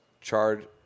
charred